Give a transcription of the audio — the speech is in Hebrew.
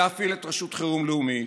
להפעיל את רשות החירום הלאומית,